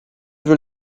veux